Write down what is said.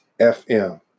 FM